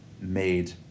made